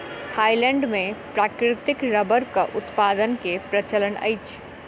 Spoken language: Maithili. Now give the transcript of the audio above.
थाईलैंड मे प्राकृतिक रबड़क उत्पादन के प्रचलन अछि